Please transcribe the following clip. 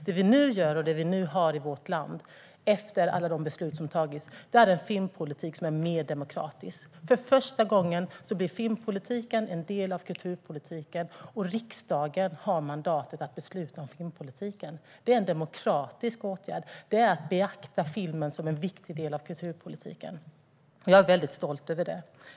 Det som vi nu inför i vårt land, efter alla beslut som har fattats, är en filmpolitik som är mer demokratisk. För första gången blir filmpolitiken en del av kulturpolitiken, och riksdagen har mandatet att besluta om filmpolitiken. Det är en demokratisk åtgärd. Det är att betrakta filmen som en viktig del av kulturpolitiken. Jag är väldigt stolt över det.